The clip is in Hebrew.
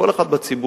כל אחד בציבור,